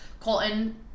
Colton